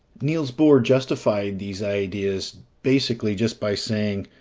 niels bohr justified these ideas, basically just by saying,